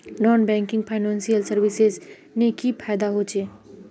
Non banking financial services से की फायदा होचे?